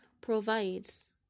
provides